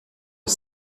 est